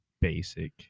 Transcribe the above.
basic